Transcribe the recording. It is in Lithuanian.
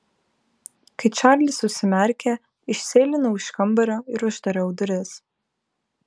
kai čarlis užsimerkė išsėlinau iš kambario ir uždariau duris